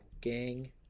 Gang